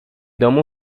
domu